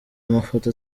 amafoto